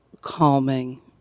calming